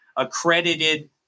accredited